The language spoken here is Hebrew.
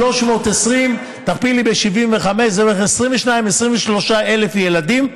320, תכפילי ב-75, זה בערך 22,000, 23,000 ילדים,